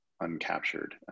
uncaptured